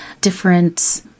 different